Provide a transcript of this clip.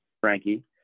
Frankie